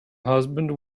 husband